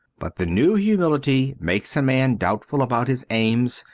but the new humility makes a man doubtful about his aims,